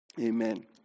Amen